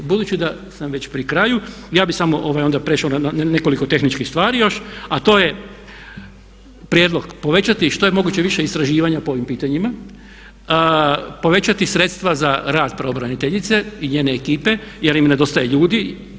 Budući da sam već pri kraju, ja bih samo onda prešao na nekoliko tehničkih stvari još a to je prijedlog povećati što je moguće više istraživanja po ovim pitanjima, povećati sredstva za rad pravobraniteljice i njene ekipe jer im nedostaje ljudi.